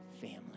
family